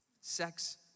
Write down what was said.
sex